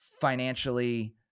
financially